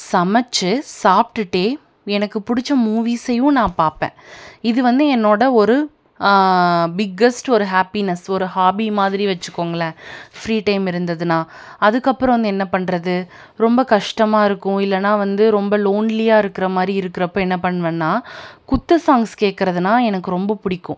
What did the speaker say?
சமைச்சு சாப்டுவிட்டே எனக்கு பிடிச்ச மூவிஸையும் நான் பார்ப்பேன் இது வந்து என்னோடய ஒரு பிக்கஸ்ட் ஒரு ஹாப்பினஸ் ஒரு ஹாபி மாதிரி வச்சிக்கோங்களேன் ஃப்ரீ டைம் இருந்ததுன்னால் அதுக்கப்புறம் வந்து என்ன பண்ணுறது ரொம்ப கஷ்டமாக இருக்கும் இல்லைன்னா வந்து ரொம்ப லோன்லியா இருக்கிறமாரி இருக்கிறப்ப என்ன பண்ணுவேன்னால் குத்து சாங்ஸ் கேட்குறதுன்னா எனக்கு ரொம்ப பிடிக்கும்